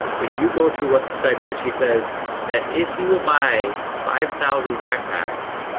if you go to what's inside merch, he says that if you will buy five thousand backpacks,